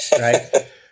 right